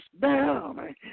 down